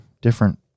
different